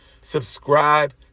subscribe